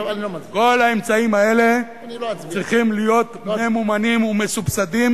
כל האמצעים האלה צריכים להיות ממומנים ומסובסדים,